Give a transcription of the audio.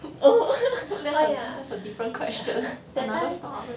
that's a that's a different question another style